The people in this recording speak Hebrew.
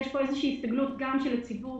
יש פה הסתגלות גם של הציבור,